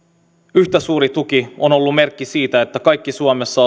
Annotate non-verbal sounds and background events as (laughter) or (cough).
yhtä suuri tuki on ollut merkki siitä että kaikki suomessa (unintelligible)